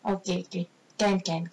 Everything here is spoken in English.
okay okay can can can sure